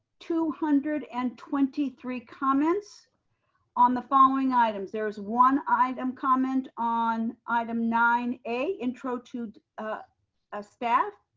two hundred and twenty three comments on the following items. there's one item comment on item nine a, intro to ah ah staff,